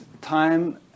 time